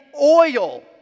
oil